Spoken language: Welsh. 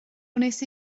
wnes